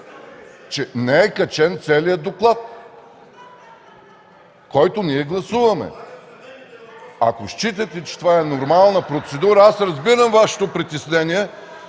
че не е качен целият доклад, който ние гласуваме! Ако считате, че това е нормална процедура... Аз разбирам Вашето притеснение.